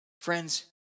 Friends